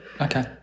Okay